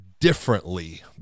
differently